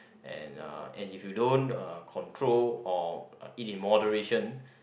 and uh and if you don't uh control or eat in moderation